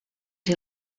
too